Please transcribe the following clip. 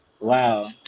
Wow